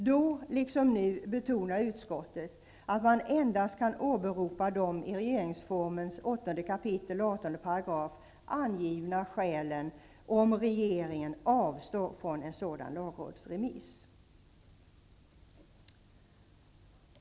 Då, liksom nu, har utskottet betonat att det endast går att åberopa de angivna skälen i 8 kap. 18 § i regeringsformen om regeringen avstår från en sådan lagrådsremiss.